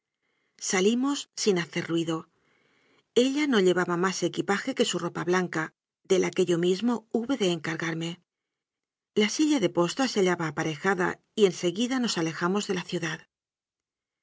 salimos sin hacer ruido ella no llevaba más equipaje que su ropa blanca de la que yo mismo hube de encargarme la silla de posta se hallaba aparejada y en seguida nos ale jamos de la ciudad